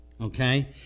Okay